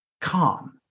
calm